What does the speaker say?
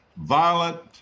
violent